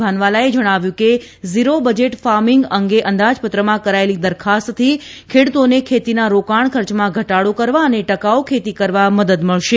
ભાન્વાલાએ જણાવ્યું હતું કે ઝીરો બજેટ ફાર્મીંગ અંગે અંદાજપત્રમાં કરાયેલી દરખાસ્તથી ખેડુતોને ખેતીના રોકાણ ખર્ચમાં ઘટાડો કરવા અને ટકાઉ ખેતી કરવા મદદ મળશે